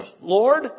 Lord